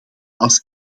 als